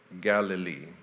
Galilee